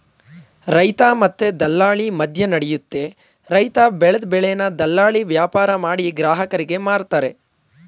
ರೈತ ಮತ್ತೆ ದಲ್ಲಾಳಿ ಮದ್ಯನಡಿಯುತ್ತೆ ರೈತ ಬೆಲ್ದ್ ಬೆಳೆನ ದಲ್ಲಾಳಿ ವ್ಯಾಪಾರಮಾಡಿ ಗ್ರಾಹಕರಿಗೆ ಮಾರ್ತರೆ